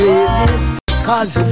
Cause